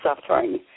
suffering